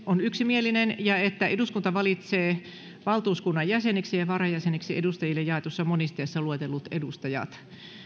on yksimielinen ja että eduskunta valitsee valtuuskunnan jäseniksi ja ja varajäseniksi edustajille jaetussa monisteessa luetellut edustajat